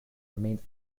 remained